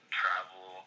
travel